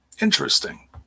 Interesting